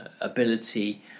ability